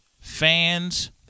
Fans